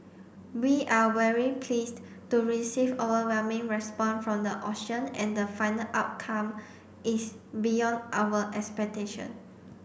we are very pleased to receive overwhelming response from the auction and the final outcome is beyond our expectation